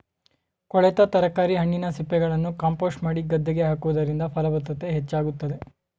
ಕೊಳೆತ ತರಕಾರಿ, ಹಣ್ಣಿನ ಸಿಪ್ಪೆಗಳನ್ನು ಕಾಂಪೋಸ್ಟ್ ಮಾಡಿ ಗದ್ದೆಗೆ ಹಾಕುವುದರಿಂದ ಫಲವತ್ತತೆ ಹೆಚ್ಚಾಗುತ್ತದೆ